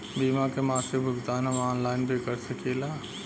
बीमा के मासिक भुगतान हम ऑनलाइन भी कर सकीला?